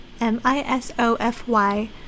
M-I-S-O-F-Y